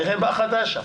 נראה מה חדש שם.